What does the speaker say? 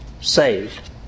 saved